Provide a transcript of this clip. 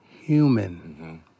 Human